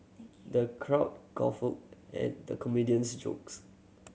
the crowd guffawed at the comedian's jokes